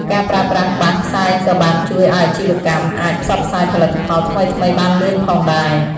ការប្រើប្រាស់បាសផ្សាយក៏បានជួយឱ្យអាជីវកម្មអាចផ្សព្វផ្សាយផលិតផលថ្មីៗបានលឿនផងដែរ។